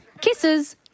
Kisses